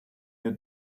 your